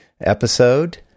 episode